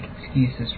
excuses